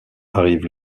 arrive